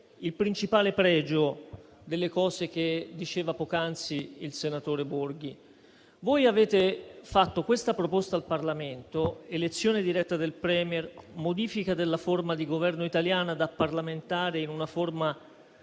il principale pregio delle cose che diceva poc'anzi il senatore Borghi. Voi avete fatto questa proposta al Parlamento (elezione diretta del *Premier*, modifica della forma di Governo italiana, da parlamentare in una forma